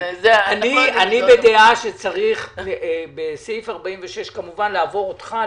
אני בדעה שצריך בסעיף 46 כמובן לעבור אותך,